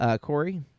Corey